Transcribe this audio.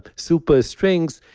super strings,